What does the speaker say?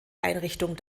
einrichtung